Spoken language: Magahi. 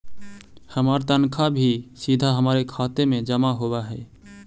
हमार तनख्वा भी सीधा हमारे खाते में जमा होवअ हई